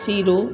सीरो